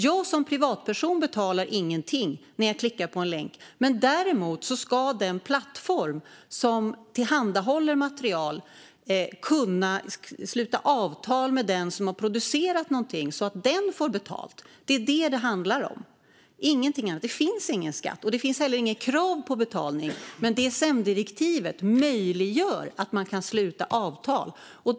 Jag som privatperson betalar ingenting när jag klickar på en länk, men däremot ska den plattform som tillhandahåller material kunna sluta avtal med den som har producerat något så att den får betalt. Det är detta det handlar om, ingenting annat. Det finns ingen skatt. Det finns heller inget krav på betalning, men DSM-direktivet möjliggör att man kan sluta avtal.